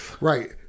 Right